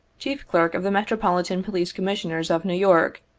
chief clerk of the metropolitan police commissioners of new york,